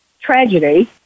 tragedy